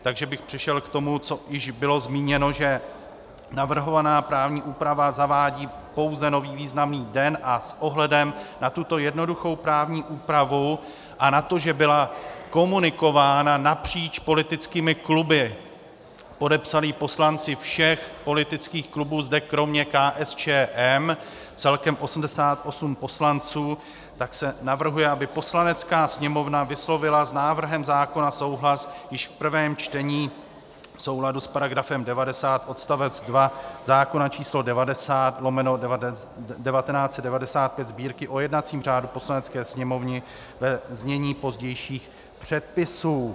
Takže bych přešel k tomu, co již bylo zmíněno, že navrhovaná právní úprava zavádí pouze nový významný den a s ohledem na tuto jednoduchou právní úpravu a na to, že byla komunikována napříč politickými kluby, podepsali ji poslanci všech politických klubů zde kromě KSČM, celkem 88 poslanců, tak se navrhuje, aby Poslanecká sněmovna vyslovila s návrhem zákona souhlas již v prvém čtení v souladu s § 90 odst. 2 zákona č. 90/1995 Sb., o jednacím řádu Poslanecké sněmovny, ve znění pozdějších předpisů.